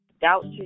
doubt